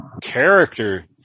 character